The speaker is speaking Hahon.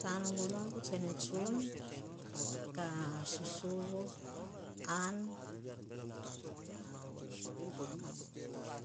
Tanubunubu tsene tsunah, ka susuvo aan,